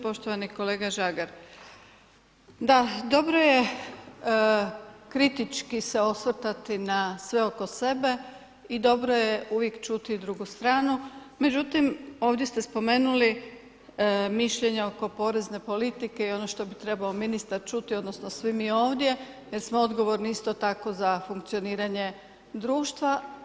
Poštovani kolega Žagar, da dobro je kritički se osvrtati na sve oko sebe i dobro je uvijek čuti drugu stranu međutim ovdje ste spomenuli mišljenje oko porezne politike i ono što bi trebao ministar čuti, odnosno svi mi ovdje jer smo odgovorni isto tako za funkcioniranje društva.